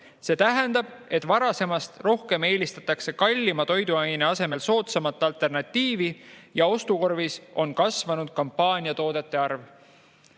See tähendab, et varasemast rohkem eelistatakse kallima toiduaine asemel soodsamat alternatiivi ja ostukorvis on kasvanud kampaaniatoodete arv.